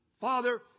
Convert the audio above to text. Father